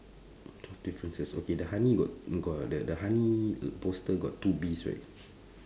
two differences okay the honey got got the the honey poster got two bees right